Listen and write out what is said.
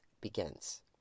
begins